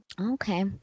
okay